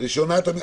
חברת הכנסת אלהרר.